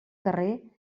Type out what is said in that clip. carrer